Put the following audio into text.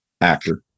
actor